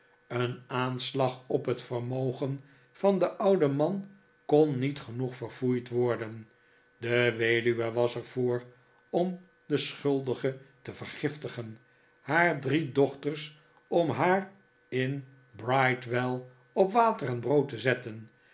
een aanslag op het vermogen van den ouden man kon niet genoeg verfoeid worden de weduwe was er voor om de schuldige te vergiftigen haar drie dochters om haar in bridewell op water en brood te zetten